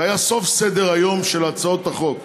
זה היה סוף סדר-היום של הצעות החוק,